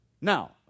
now